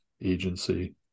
agency